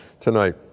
tonight